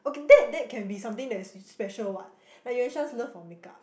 okay that that can be something that is special what like your just love for makeup